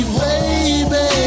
baby